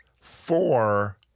four